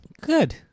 Good